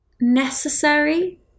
necessary